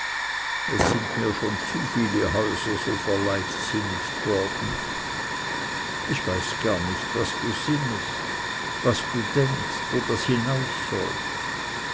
es sind mir schon zu viele häuser so verleichtsinnigt worden ich weiß gar nicht was du auch sinnest und was du denkst wo das hinaus soll